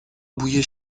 بوی